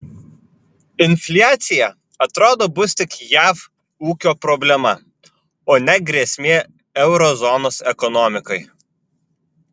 infliacija atrodo bus tik jav ūkio problema o ne grėsmė euro zonos ekonomikai